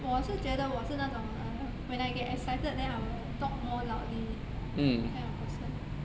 我是觉得我是那种 err when I get excited then I will talk more loudly kind of person